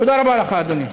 תודה רבה לך, אדוני.